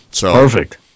Perfect